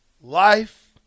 life